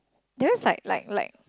there's like like like